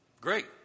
Great